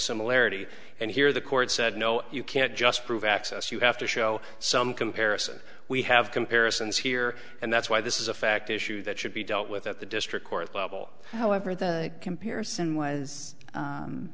similarity and here the court said no you can't just prove access you have to show some comparison we have comparisons here and that's why this is a fact issue that should be dealt with at the district court level however the comparison was